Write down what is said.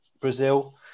Brazil